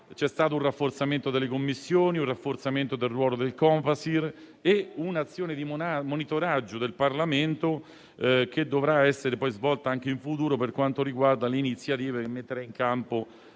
sono stati un rafforzamento delle Commissioni, un rafforzamento del ruolo del Copasir e un'azione di monitoraggio del Parlamento che dovrà essere svolta anche in futuro per quanto riguarda le iniziative che deve mettere in campo